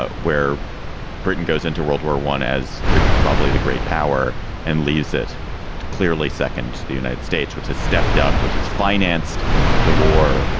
where britain goes into world war one as the probably the great power and leaves it clearly second to the united states, which is stepped up, which has financed the war,